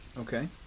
Okay